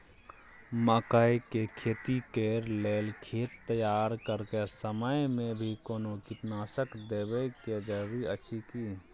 मकई के खेती कैर लेल खेत तैयार करैक समय मे भी कोनो कीटनासक देबै के जरूरी अछि की?